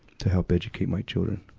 to help educate my children.